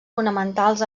fonamentals